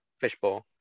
fishbowl